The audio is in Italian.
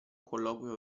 colloquio